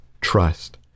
trust